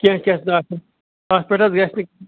کیٚنٛہہ کیٚنٛہہ گژھِ آسُن اَتھ پٮ۪ٹھ حظ گژھِ نہٕ